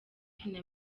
kina